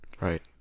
right